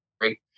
great